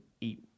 eat